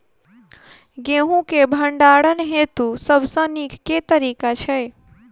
गेंहूँ केँ भण्डारण हेतु सबसँ नीक केँ तरीका छै?